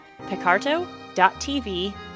picarto.tv